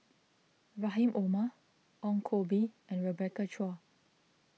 Rahim Omar Ong Koh Bee and Rebecca Chua